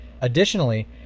additionally